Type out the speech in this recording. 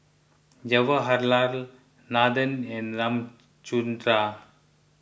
Jawaharlal Nathan and Ramchundra